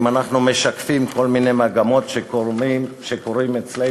אם אנחנו משקפים כל מיני מגמות שקורות אצלנו,